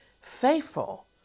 Faithful